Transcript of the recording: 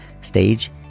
stage